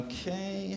Okay